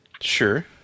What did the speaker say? Sure